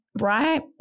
right